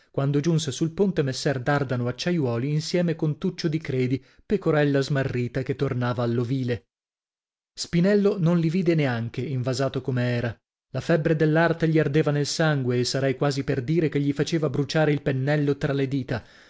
quando giunse sul ponte messer dardano acciaiuoli insieme con tuccio di credi pecorella smarrita che tornava all'ovile spinello non li vide neanche invasato come era la febbre dell'arte gli ardeva nel sangue e sarei quasi per dire che gli faceva bruciare il pennello tra le dita